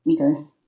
Okay